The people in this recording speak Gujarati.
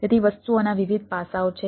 તેથી વસ્તુઓના વિવિધ પાસાઓ છે